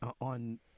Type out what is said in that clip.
on